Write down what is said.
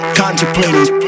contemplating